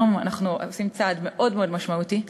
היום אנחנו עושים צעד מאוד מאוד משמעותי,